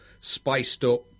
spiced-up